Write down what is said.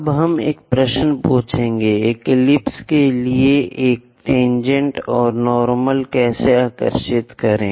अब हम एक प्रश्न पूछेंगे एक एलिप्स के लिए एक टेनजेंट और नार्मल कैसे आकर्षित करें